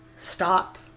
stop